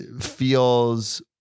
feels